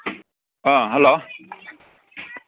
ꯑꯥ hello